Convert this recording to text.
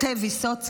למעט תה ויסוצקי,